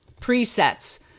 Presets